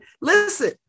listen